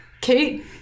Kate